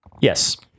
Yes